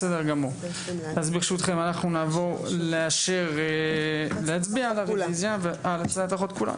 אז ברשותכם, אנחנו נעבור להצביע על הצעת החוק.